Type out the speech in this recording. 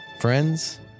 friends